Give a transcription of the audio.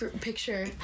picture